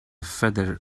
feather